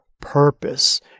purpose